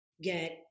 get